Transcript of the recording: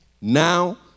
Now